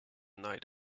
night